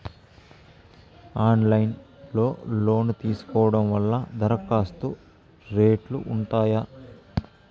Online లో loan తీసుకోవడం వల్ల దరఖాస్తు రేట్లు ఉంటాయా?